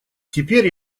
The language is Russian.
теперь